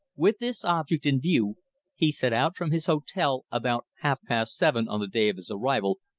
with this object in view he set out from his hotel about half-past seven on the day of his arrival,